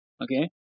okay